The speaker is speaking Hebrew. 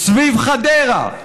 סביב חדרה,